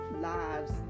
lives